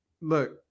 look